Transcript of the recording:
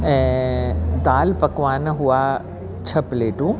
ऐं दालि पकवान हुआ छह प्लेटूं